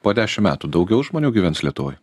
po dešimt metų daugiau žmonių gyvens lietuvoje